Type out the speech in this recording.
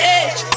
edge